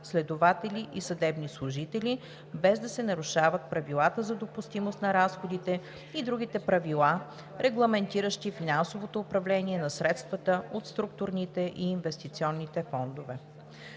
следователи и съдебни служители, без да се нарушават правилата за допустимост на разходите и другите правила, регламентиращи финансовото управление на средствата от структурните и инвестиционни фондове.